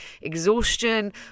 exhaustion